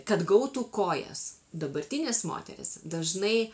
kad gautų kojas dabartinės moteris dažnai